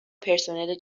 پرسنل